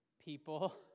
people